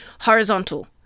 horizontal